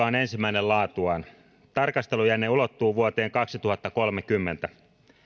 on ensimmäinen laatuaan tarkastelujänne ulottuu vuoteen kaksituhattakolmekymmentä